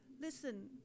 Listen